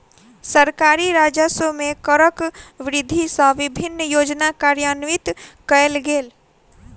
सरकारी राजस्व मे करक वृद्धि सँ विभिन्न योजना कार्यान्वित कयल गेल